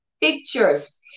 pictures